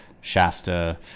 Shasta